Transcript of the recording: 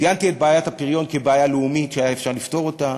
ציינתי את בעיית הפריון כבעיה לאומית שאפשר היה לפתור אותה.